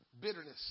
Bitterness